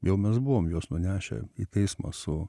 jau mes buvom juos nunešę į teismą su